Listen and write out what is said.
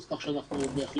אז כך שאנחנו בהחלט